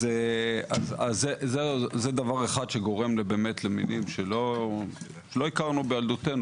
אז זה דבר אחד שגורם באמת למינים שלא הכרנו בילדותנו,